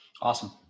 awesome